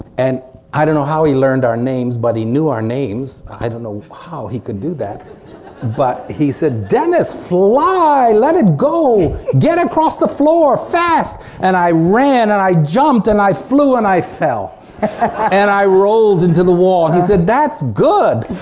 and i don't know how he learned our names but he knew our names i don't know how he could do that but he said dennis fly! let it go! get across the floor fast! and i ran and i jumped and i flew and i fell and i rolled into the wall he said that's good!